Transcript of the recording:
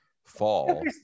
Fall